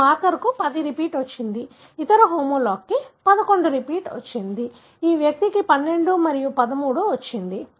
ఈ మార్కర్కు 10 రిపీట్ వచ్చింది ఇతర హోమోలాగ్కు 11 రిపీట్ వచ్చింది ఈ వ్యక్తికి 12 మరియు 13 వచ్చింది